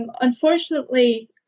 Unfortunately